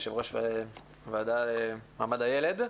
יושב-ראש הוועדה לזכויות הילד.